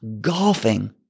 Golfing